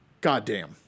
Goddamn